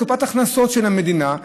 קופת הכנסות של המדינה,